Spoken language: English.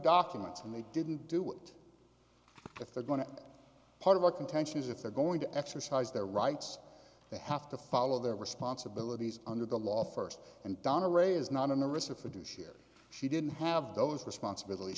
documents and they didn't do it if they're going to part of a contentions if they're going to exercise their rights they have to follow their responsibilities under the law first and donna rae is not in the risk of fiduciary she didn't have those responsibilities